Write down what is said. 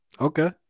Okay